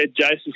Jason